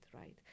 right